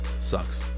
Sucks